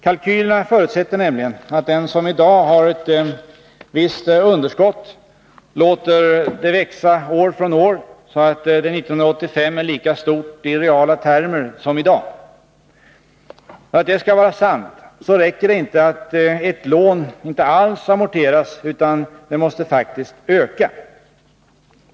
Kalkylerna förutsätter nämligen att den som i dag har ett visst underskott låter det växa år från år, så att det 1985 är lika stort i reala termer som i dag. För att det skall vara sant räcker det inte att ett lån inte alls amorteras, utan det måste faktiskt öka.